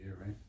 Right